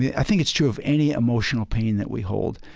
yeah i think it's true of any emotional pain that we hold,